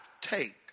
take